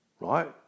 right